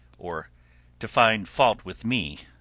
or to find fault with me,